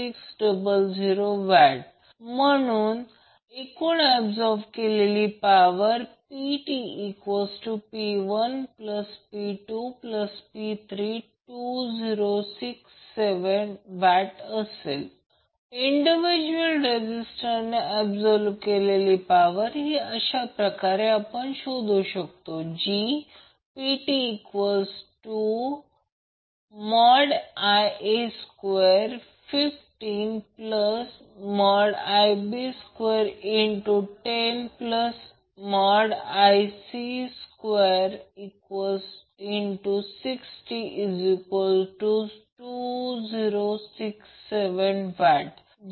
तर कॅलिब्रेटेड म्हणजे ते थ्री फेज रिएक्टिव पॉवर दर्शवते ज्याला √3 ने गुणाकार करावे लागेल जर समान वॅटमीटर रीडिंग हवे असेल तर ते वॅटमीटर कॅलिब्रेटेड असावेज्याला √3 चा गुणाकार फॅक्टर आहे याचा अर्थ ते स्केल आहे हे माहीत आहे की या सर्व गोष्टींना √3 ने गुणाकार करणे आवश्यक आहे